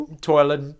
Toilet